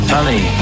Honey